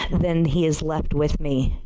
then he is left with me.